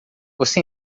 você